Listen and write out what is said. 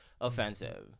offensive